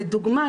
לדוגמה,